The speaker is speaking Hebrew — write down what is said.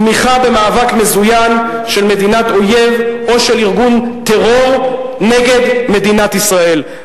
"תמיכה במאבק מזוין של מדינת אויב או של ארגון טרור נגד מדינת ישראל".